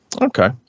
Okay